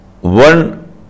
One